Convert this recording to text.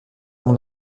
mon